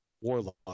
Warlock